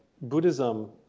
Buddhism